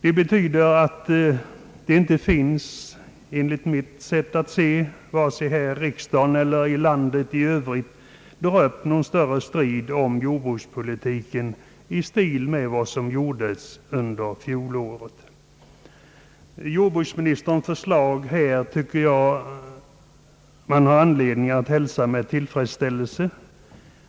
Enligt mitt sätt att se finns därför inte vare sig här i riksdagen eller ute i landet i övrigt någon anledning att dra upp en större strid kring jordbrukspolitiken i stil med den som förekom under fjolåret. Jag tycker att man har anledning att hälsa jordbruksministerns proposition med tillfredsställelse.